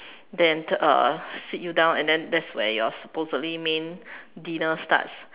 then uh sit you down and that's where your supposedly main dinner starts